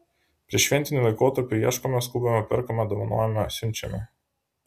prieššventiniu laikotarpiu ieškome skubame perkame dovanojame siunčiame